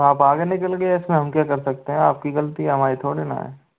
आप आगे निकल गए इस में हम क्या कर सकते हैं आप की ग़लती है हमारी थोड़ी ना है